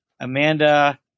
Amanda